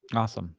and awesome.